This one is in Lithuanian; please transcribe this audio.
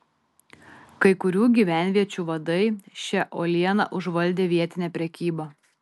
kai kurių gyvenviečių vadai šia uoliena užvaldė vietinę prekybą